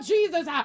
Jesus